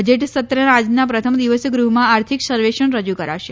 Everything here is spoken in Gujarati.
બજેટ સત્રના આજના પ્રથમ દિવસે ગૃહમાં આર્થિક સર્વેક્ષણ રજુ કરાશે